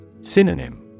Synonym